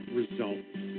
results